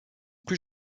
plus